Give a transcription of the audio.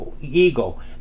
ego